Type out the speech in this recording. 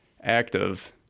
active